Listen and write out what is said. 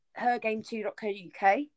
hergame2.co.uk